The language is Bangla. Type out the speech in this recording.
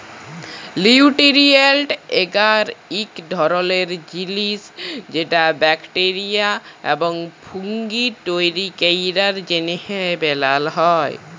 লিউটিরিয়েল্ট এগার ইক ধরলের জিলিস যেট ব্যাকটেরিয়া এবং ফুঙ্গি তৈরি ক্যরার জ্যনহে বালাল হ্যয়